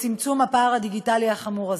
לצמצום הפער הדיגיטלי החמור הזה.